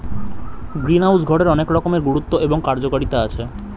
greenhouse ঘরের অনেক রকমের গুরুত্ব এবং কার্যকারিতা আছে